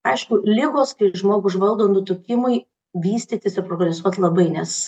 aišku ligos kai žmogų užvaldo nutukimui vystytis ir progresuot labai nes